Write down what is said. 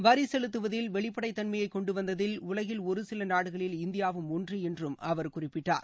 வரி செலுத்துவதில் வெளிப்படை தன்மையை கொண்டு வந்ததில் உலகில் ஒரு சில நாடுகளில் இந்தியாவும் ஒன்று என்றும் அவர் குறிப்பிட்டார்